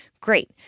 great